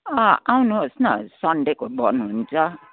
अँ आउनुहोस् न सन्डेको बन्द हुन्छ